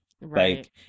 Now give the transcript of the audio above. Right